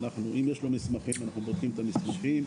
אם יש לו מסמכים אנחנו בודקים את המסמכים,